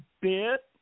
bit